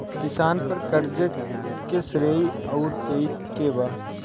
किसान पर क़र्ज़े के श्रेइ आउर पेई के बा?